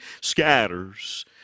scatters